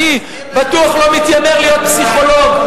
אני בטוח לא מתיימר להיות פסיכולוג,